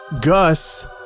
Gus